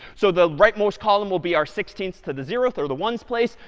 so the rightmost column will be our sixteenth to the zeroth or the ones place.